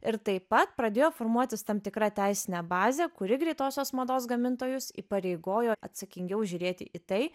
ir taip pat pradėjo formuotis tam tikra teisinė bazė kuri greitosios mados gamintojus įpareigojo atsakingiau žiūrėti į tai